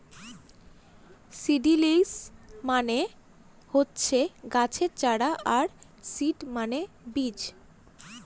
seedlings মানে হচ্ছে গাছের চারা আর সিড মানে বীজ